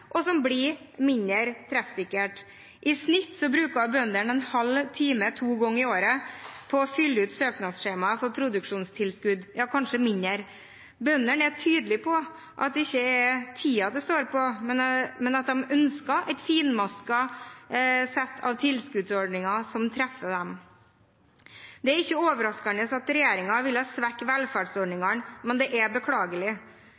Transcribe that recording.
og som blir mindre treffsikkert. I snitt bruker bøndene en halv time to ganger i året – ja kanskje mindre – på å fylle ut søknadsskjemaet for produksjonstilskudd. Bøndene er tydelige på at det ikke er tiden det står på, men at de ønsker et finmasket nett av tilskuddsordninger som treffer dem. Det er ikke overraskende at regjeringen ville svekke